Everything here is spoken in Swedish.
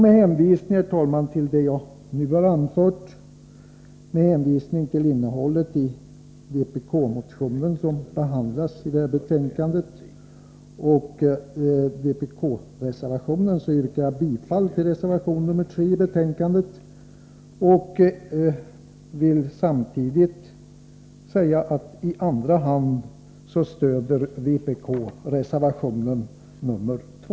Med hänvisning till det jag nu har anfört, innehållet i den vpk-motion som behandlas i det här betänkandet och vpk-reservationen yrkar jag bifall till reservation 3 i detta betänkande. Jag vill samtidigt säga att i andra hand stöder vpk reservation 2.